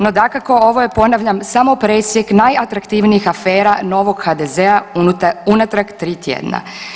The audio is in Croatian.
No dakako, ovo je ponavljamo, samo presjek najatraktivnijih afera novog HDZ-a unatrag tri tjedna.